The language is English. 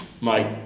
Mike